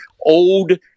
old